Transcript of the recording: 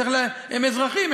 הם אזרחים,